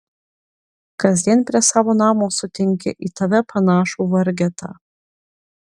kasdien prie savo namo sutinki į tave panašų vargetą